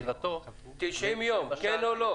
לבחירתו --- 90 יום, כן או לא?